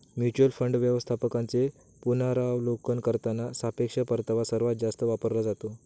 mutual fund व्यवस्थापकांचे पुनरावलोकन करताना सापेक्ष परतावा सर्वात जास्त वापरला जातो